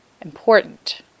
important